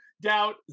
doubt